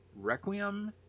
Requiem